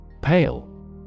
Pale